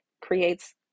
creates